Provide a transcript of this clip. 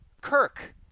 Kirk